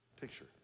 picture